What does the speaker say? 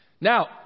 Now